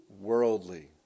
worldly